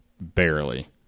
barely